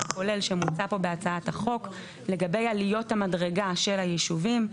הכולל שמוצע פה בהצעת החוק לגבי עליות המדרגה של היישובים.